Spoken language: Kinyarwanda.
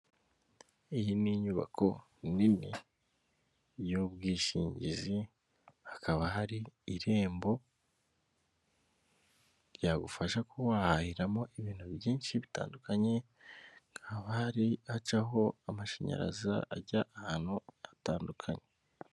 Iyi ni inyubako nini y'ubwishingizi, hakaba hari irembo ryagufasha kuba wahahiramo ibintu byinshi bitandukanye, hari hacaho amashanyarazi ajya ahantu hatandukanye.